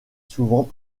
souvent